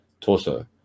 torso